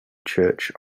church